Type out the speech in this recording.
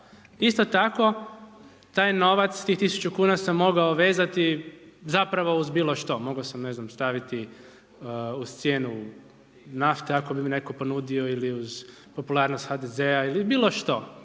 Isto tako, taj novac, tih 1000 kuna sam mogao vezati zapravo uz bilo što, mogao sam, ne znam, staviti uz cijenu nafte ako bi mi netko ponudio ili uz popularnost HDZ-a ili bilo što,